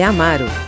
Amaro